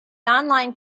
online